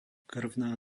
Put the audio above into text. krvná